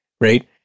right